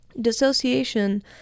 Dissociation